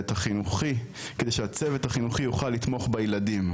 החינוכי כדי שהצוות החינוכי יוכל לתמוך בילדים,